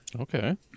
okay